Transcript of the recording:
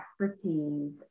expertise